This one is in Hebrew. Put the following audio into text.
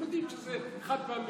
הם יודעים שזה חד-פעמי.